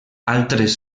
altres